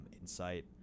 insight